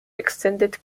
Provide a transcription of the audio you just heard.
extended